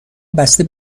بسته